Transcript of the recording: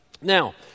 Now